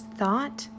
thought